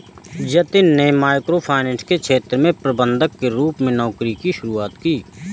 जतिन में micro finance के क्षेत्र में प्रबंधक के रूप में नौकरी की शुरुआत की